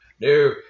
No